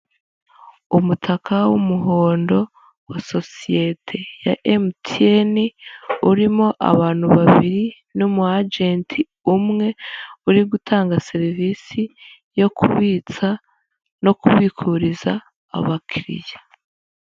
Umutaka w'umuhondo wa sosiyete ya MTN, urimo abantu babiri n' umu ajenti umwe, uri gutanga serivisi yo kubitsa no kubikuriza abakiriya.